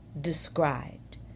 described